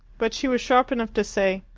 but she was sharp enough to say,